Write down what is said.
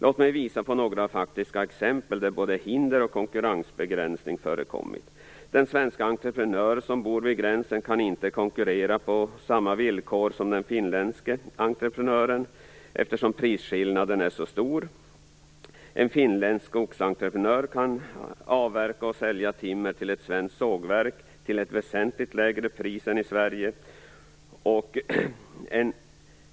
Låt mig visa på några faktiska exempel där både hinder och konkurrensbegränsning har förekommit. Den svenska entreprenör som bor vid gränsen kan inte konkurrera på samma villkor som den finländske entreprenören, eftersom prisskillnaden är så stor. En finsk skogsentreprenör kan avverka och sälja timmer till ett svenskt sågverk till ett väsentligt lägre pris än den svenska.